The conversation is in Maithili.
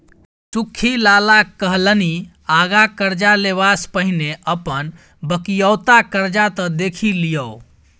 सुख्खी लाला कहलनि आँगा करजा लेबासँ पहिने अपन बकिऔता करजा त देखि लियौ